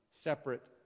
Separate